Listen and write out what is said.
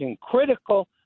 critical